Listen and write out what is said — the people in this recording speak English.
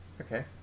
Okay